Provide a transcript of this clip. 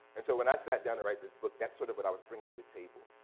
and so when i sat down to write this book that's sort of what i was brining to the table,